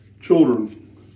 Children